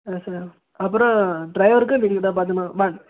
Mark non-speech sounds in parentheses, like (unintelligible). yes sir அப்புறம் ட்ரைவருக்கும் நீங்கள் தான் பார்த்துக்குணும் (unintelligible)